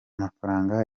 mafaranga